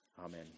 Amen